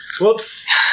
whoops